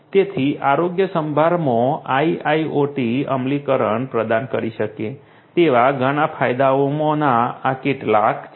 તેથી આરોગ્યસંભાળમાં IIoT અમલીકરણ પ્રદાન કરી શકે તેવા ઘણા ફાયદાઓમાંના આ કેટલાક છે